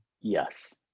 Yes